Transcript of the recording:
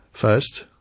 First